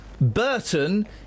Burton